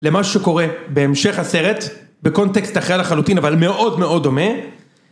למה שקורה בהמשך הסרט בקונטקסט אחר לחלוטין אבל מאוד מאוד דומה